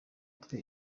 twe